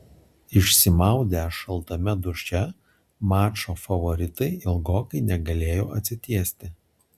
išsimaudę šaltame duše mačo favoritai ilgokai negalėjo atsitiesti